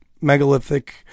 megalithic